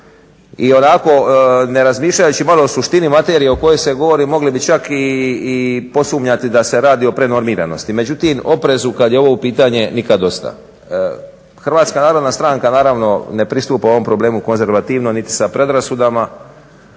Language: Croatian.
i onako ne razmišljajući malo o suštini materije o kojoj se govori mogli bi čak i posumnjati da se radi o prenormiranosti. Međutim oprezu kad je ovo pitanje nikad dosta. HNS naravno ne pristupa ovom problemu konzervativno niti sa predrasudama